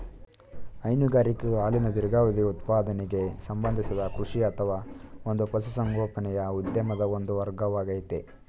ಹೈನುಗಾರಿಕೆಯು ಹಾಲಿನ ದೀರ್ಘಾವಧಿ ಉತ್ಪಾದನೆಗೆ ಸಂಬಂಧಿಸಿದ ಕೃಷಿ ಅಥವಾ ಒಂದು ಪಶುಸಂಗೋಪನೆಯ ಉದ್ಯಮದ ಒಂದು ವರ್ಗವಾಗಯ್ತೆ